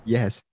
Yes